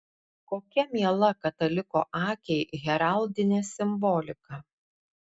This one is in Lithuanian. kokia miela kataliko akiai heraldinė simbolika